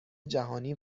جهانی